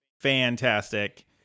Fantastic